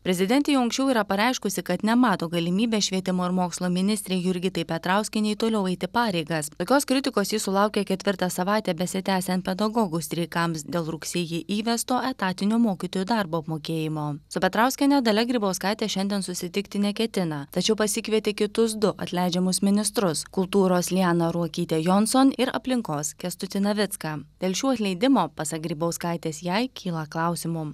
prezidentė jau anksčiau yra pareiškusi kad nemato galimybės švietimo ir mokslo ministrei jurgitai petrauskienei toliau eiti pareigas tokios kritikos ji sulaukė ketvirtą savaitę besitęsiant pedagogų streikams dėl rugsėjį įvesto etatinio mokytojų darbo apmokėjimo su petrauskiene dalia grybauskaitė šiandien susitikti neketina tačiau pasikvietė kitus du atleidžiamus ministrus kultūros lianą ruokytę jonson ir aplinkos kęstutį navicką dėl šių atleidimo pasak grybauskaitės jai kyla klausimų